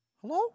Hello